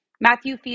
Matthew